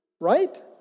Right